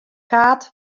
kaart